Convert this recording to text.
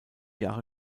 jahre